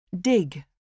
Dig